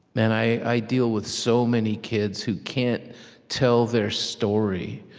and i deal with so many kids who can't tell their story,